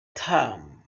term